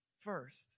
first